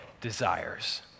desires